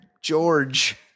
George